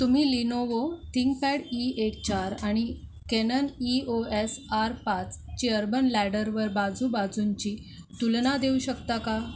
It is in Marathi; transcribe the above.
तुम्ही लिनोवो थिंकपॅड ई एक चार आणि Canon E O S R पाचची अर्बन लॅडरवर बाजू बाजूंची तुलना देऊ शकता का